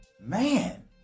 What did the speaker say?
Man